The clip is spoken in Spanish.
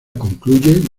concluye